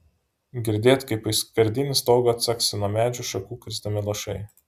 girdėt kaip į skardinį stogą caksi nuo medžių šakų krisdami lašai